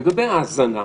לגבי האזנה,